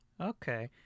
Okay